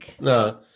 No